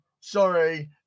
Sorry